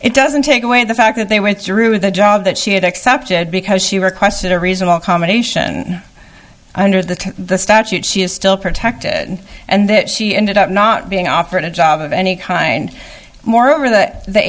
it doesn't take away the fact that they went through the job that she had accepted because she requested a reasonable accommodation under the statute she is still protected and that she ended up not being offered a job of any kind moreover that the